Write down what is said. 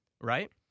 right